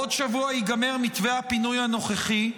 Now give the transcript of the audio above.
בעוד שבוע ייגמר מתווה הפינוי הנוכחי,